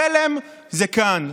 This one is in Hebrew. חלם זה כאן.